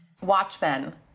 Watchmen